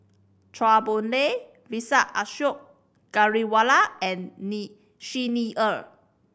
Chua Boon Lay Vijesh Ashok Ghariwala and Ni Xi Ni Er